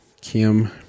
Kim